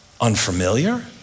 unfamiliar